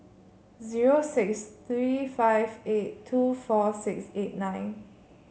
zero six three five eight two four six eight nine